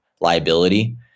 liability